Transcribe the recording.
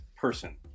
Person